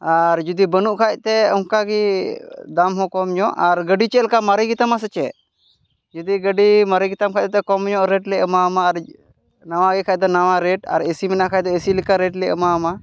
ᱟᱨ ᱡᱩᱫᱤ ᱵᱟᱹᱱᱩᱜ ᱠᱷᱟᱡ ᱛᱮ ᱚᱱᱠᱟ ᱜᱮ ᱫᱟᱢ ᱦᱚᱸ ᱠᱚᱢ ᱧᱚᱜ ᱟᱨ ᱜᱟᱹᱰᱤ ᱪᱮᱫ ᱞᱮᱠᱟ ᱢᱟᱨᱮ ᱜᱮᱛᱟᱢᱟ ᱥᱮ ᱪᱮᱫ ᱡᱩᱫᱤ ᱜᱟᱹᱰᱤ ᱢᱟᱨᱮ ᱜᱮᱛᱟᱢ ᱠᱷᱟᱡ ᱫᱚ ᱠᱚᱢ ᱧᱚᱜ ᱨᱮᱴ ᱞᱮ ᱮᱢᱟᱢᱟ ᱟᱨ ᱱᱟᱣᱟᱜᱮ ᱠᱷᱟᱡ ᱫᱚ ᱱᱟᱣᱟ ᱨᱮᱴ ᱟᱨ ᱮᱥᱤ ᱢᱮᱱᱟᱜ ᱠᱷᱟᱡ ᱫᱚ ᱮᱥᱤ ᱞᱮᱠᱟ ᱨᱮᱴ ᱞᱮ ᱮᱢᱟᱢᱟ